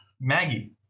Maggie